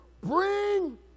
Bring